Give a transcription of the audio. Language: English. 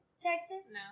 Texas